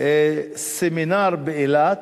סמינר באילת